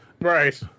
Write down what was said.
Right